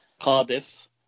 Cardiff